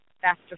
faster